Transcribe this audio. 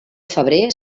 febrer